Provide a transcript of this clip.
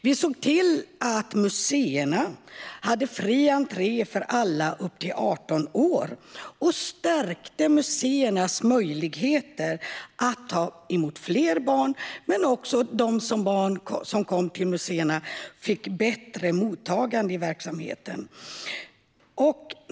Vi såg till att museerna hade fri entré för alla upp till 18 år, stärkte museernas möjligheter att ta emot fler barn och såg till att de barn som kom till museerna fick ett bättre mottagande i verksamheten.